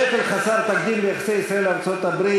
שפל חסר תקדים ביחסי ישראל ארצות-הברית